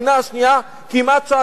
כמעט שעתיים וחצי.